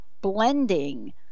blending